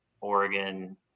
Oregon